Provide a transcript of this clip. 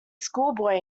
schoolboy